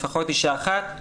לפחות אישה אחת,